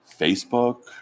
Facebook